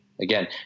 again